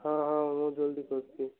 ହଁ ହଁ ମୁଁ ଜଲ୍ଦି କରୁଛି